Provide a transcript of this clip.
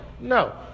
No